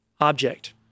object